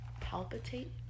palpitate